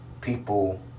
People